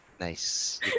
Nice